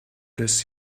this